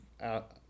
out